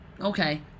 Okay